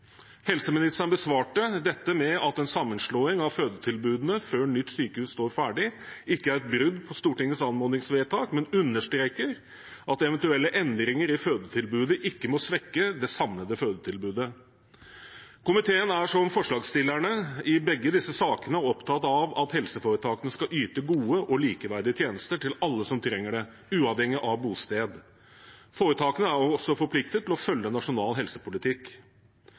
Helseministeren besvarte dette med at en sammenslåing av fødetilbudene før nytt sykehus står ferdig ikke er et brudd på Stortingets anmodningsvedtak, men understreker at eventuelle endringer i fødetilbudet ikke må svekke det samlede fødetilbudet. Komiteen er, som forslagsstillerne i begge disse sakene, opptatt av at helseforetakene skal yte gode og likeverdige tjenester til alle som trenger det, uavhengig av bosted. Foretakene er også forpliktet til å følge nasjonal helsepolitikk.